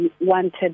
wanted